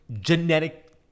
genetic